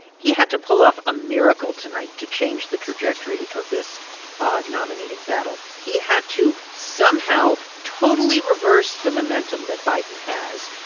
he had to pull off a miracle tonight to change the trajectory of this nominating battle. he had to somehow totally reverse the momentum that biden has,